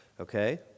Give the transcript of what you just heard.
okay